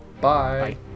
Bye